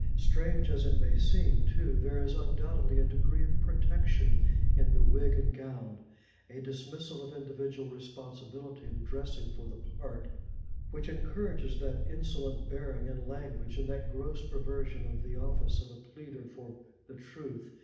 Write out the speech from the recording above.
strange as it may seem too, there is undoubtedly a degree of protection in the wig and gown a dismissal of individual responsibility in dressing for the part which encourages that insolent bearing and language, and that gross perversion of the office of a pleader for the truth,